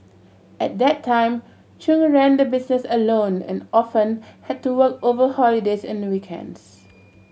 at that time Chung ran the business alone and often had to work over holidays and weekends